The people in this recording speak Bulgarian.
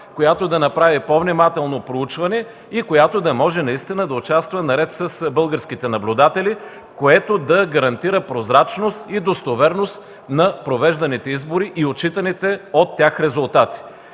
състав, да направи по-внимателно проучване и наистина да може да участва наред с българските наблюдатели, което да гарантира прозрачност и достоверност на провежданите избори и отчитаните от тях резултати.